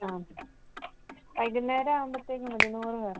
അതെ വൈകുന്നേരം ആകുമ്പത്തേക്കും മതി നൂറ് പേർക്ക്